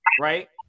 right